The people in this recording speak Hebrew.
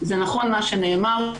זה נכון מה שנאמר,